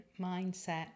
mindset